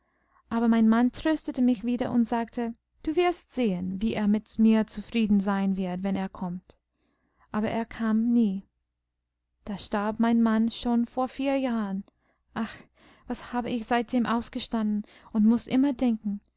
aber mein mann tröstete mich wieder und sagte du wirst sehen wie er mit mir zufrieden sein wird wenn er kommt aber er kam nie da starb mein mann schon vor vier jahren ach was habe ich seitdem ausgestanden und muß immer denken